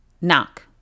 knock